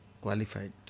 qualified